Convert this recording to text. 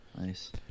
Nice